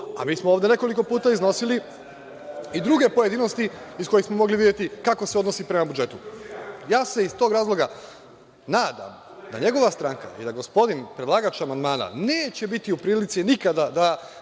a mi smo ovde nekoliko puta iznosili i druge pojedinosti iz kojih smo mogli videti kako se odnosi prema budžetu. Iz tog razloga se nadam da njegova stranka i da gospodin predlagač amandmana neće biti u prilici nikada da